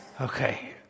Okay